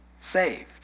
saved